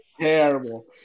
Terrible